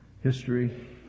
history